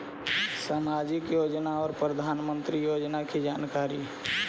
समाजिक योजना और प्रधानमंत्री योजना की जानकारी?